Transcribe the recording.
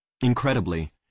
Incredibly